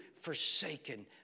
forsaken